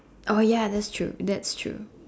oh ya that's true that's true